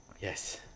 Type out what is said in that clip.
Yes